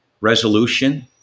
resolution